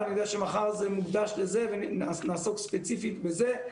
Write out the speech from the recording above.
אני יודע שמחר זה מוקדש לזה ונעסוק ספציפית בזה.